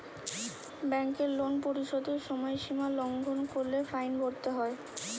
ব্যাংকের লোন পরিশোধের সময়সীমা লঙ্ঘন করলে ফাইন ভরতে হয়